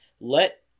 let